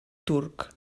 turc